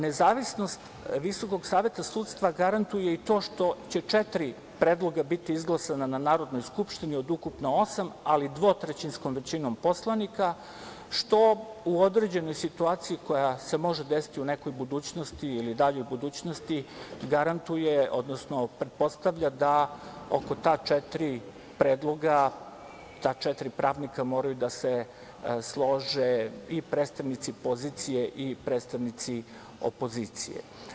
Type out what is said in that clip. Nezavisnost Visokog saveta sudstva garantuje i to što će četiri predloga biti izglasana na Narodnoj skupštini od ukupno osam, ali dvotrećinskom većinom poslanika, što u određenoj situaciji koja se može desiti u nekoj budućnosti ili daljoj budućnosti garantuje, odnosno pretpostavlja da oko ta četiri predloga, ta četiri pravnika moraju da se slože i predstavnici pozicije i predstavnici opozicije.